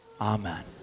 Amen